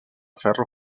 ferro